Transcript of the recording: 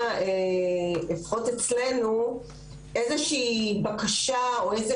מכירה לפחות אצלנו איזו שהיא בקשה או איזה